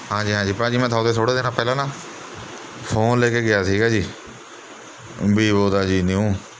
ਹਾਂਜੀ ਹਾਂਜੀ ਭਾਅ ਜੀ ਮੈਂ ਥੋਹਾਤੇ ਥੋੜ੍ਹੇ ਦਿਨ ਪਹਿਲਾਂ ਨਾ ਫ਼ੋਨ ਲੈ ਕੇ ਗਿਆ ਸੀਗਾ ਜੀ ਵੀਵੋ ਦਾ ਜੀ ਨਿਊ